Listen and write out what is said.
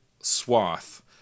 swath